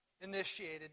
initiated